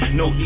no